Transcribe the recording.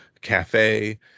cafe